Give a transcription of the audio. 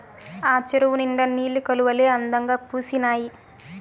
ఆ చెరువు నిండా నీలి కలవులే అందంగా పూసీనాయి